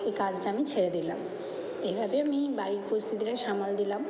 এই কাজটা আমি ছেড়ে দিলাম এভাবে আমি বাড়ির পরিস্থিতিটাকে সামাল দিলাম